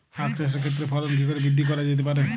আক চাষের ক্ষেত্রে ফলন কি করে বৃদ্ধি করা যেতে পারে?